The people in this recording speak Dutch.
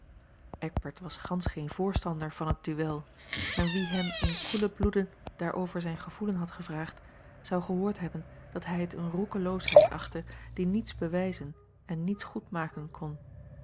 eckbert was gansch geen voorstander van het duel en wie hem in koelen bloede daarover zijn gevoelen had gevraagd zou gehoord hebben dat hij het eene roekeloosheid achtte die niets bewijzen en niets goed maken kon